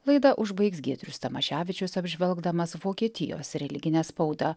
laidą užbaigs giedrius tamaševičius apžvelgdamas vokietijos religinę spaudą